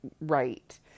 right